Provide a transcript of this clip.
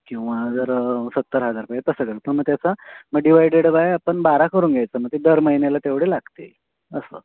किंवा जर सत्तर हजार पाहिजे तर तसं करा मग त्याचा मग डिव्हाइडेड बाय आपण बारा करून घ्यायचं मग ते दर महिन्याला तेवढे लागते असं